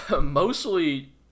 mostly